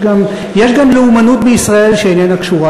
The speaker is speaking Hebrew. יש גם לאומנות בישראל שאיננה קשורה